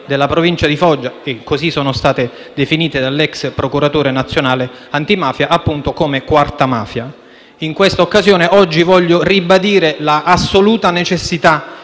della provincia di Foggia, come sono state definite dall'ex procuratore nazionale antimafia. In questa occasione oggi voglio ribadire l'assoluta necessità